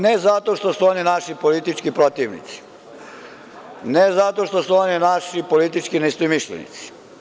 Ne zato što su oni naši politički protivnici, ne zato što su oni naši politički neistomišljenici.